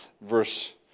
verse